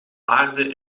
aarde